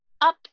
up